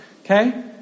Okay